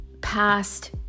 past